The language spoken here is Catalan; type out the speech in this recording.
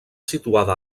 situada